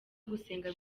gusenga